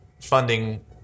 funding